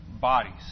bodies